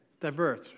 diverse